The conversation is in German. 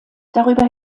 darüber